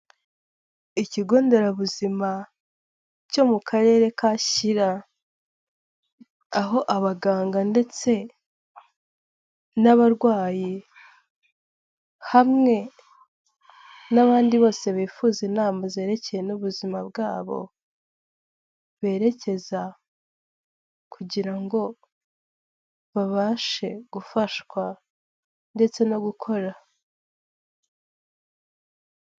Ikigo nderabuzima cyo mu karere ka Shyira, aho abaganga ndetse n'abarwayi hamwe n'abandi bose bifuza inama zerekeye n'ubuzima bwabo berekeza kugira ngo babashe gufashwa ndetse no gukora.